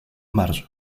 marge